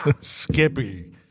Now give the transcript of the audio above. Skippy